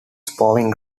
spawning